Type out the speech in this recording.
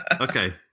Okay